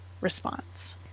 response